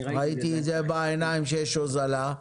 ראיתי את זה בעיניים שיש הוזלה.